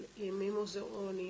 של ימי מוזיאונים,